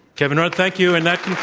kevin rudd, thank you. and that